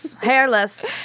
Hairless